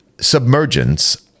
Submergence